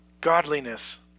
godliness